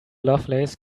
lovelace